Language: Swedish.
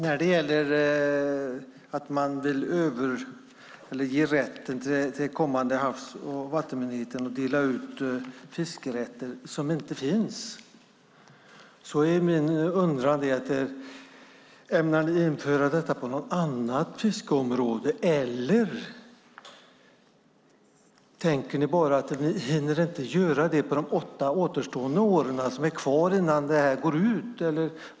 När det gäller att man vill ge rätten till den kommande havs och vattenmyndigheten att dela ut fiskerätter som inte finns är min undran: Ämnar ni införa detta på något annat fiskeområde, eller tänker ni bara att ni inte hinner göra det på de åtta återstående åren som är kvar innan det går ut?